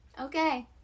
Okay